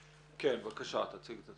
כן, בבקשה, תציג את עצמך.